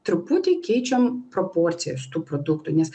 truputį keičiam proporcijas tų produktų nes